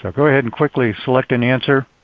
go ahead and quickly select an answer.